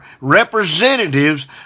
representatives